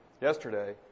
yesterday